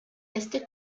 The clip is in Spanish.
este